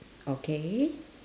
okay